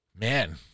Man